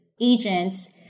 agents